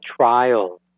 trials